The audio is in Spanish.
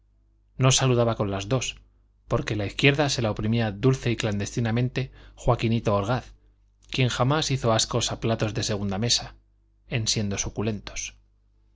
no saludaba con las dos porque la izquierda se la oprimía dulce y clandestinamente joaquinito orgaz quien jamás hizo ascos a platos de segunda mesa en siendo suculentos